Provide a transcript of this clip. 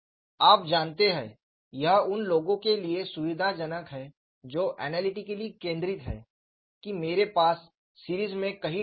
आप जानते हैं यह उन लोगों के लिए सुविधाजनक है जो ऐनालिटिकली केंद्रित हैं कि मेरे पास सीरीज में कई टर्म हैं